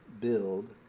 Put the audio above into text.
build